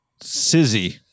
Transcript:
Sizzy